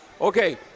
Okay